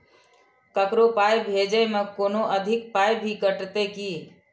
ककरो पाय भेजै मे कोनो अधिक पाय भी कटतै की?